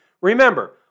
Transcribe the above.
Remember